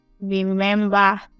remember